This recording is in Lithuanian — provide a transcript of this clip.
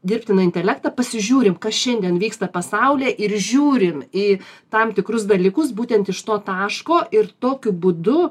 dirbtiną intelektą pasižiūrim kas šiandien vyksta pasaulyje ir žiūrim į tam tikrus dalykus būtent iš to taško ir tokiu būdu